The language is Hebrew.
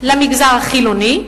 למגזר החילוני,